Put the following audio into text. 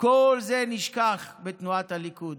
כל זה נשכח בתנועת הליכוד.